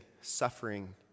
suffering